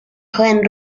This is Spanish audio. joven